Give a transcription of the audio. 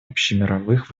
общемировых